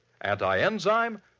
Anti-enzyme